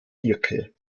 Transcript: diercke